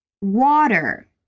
water